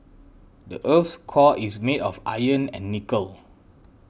the earth's core is made of iron and nickel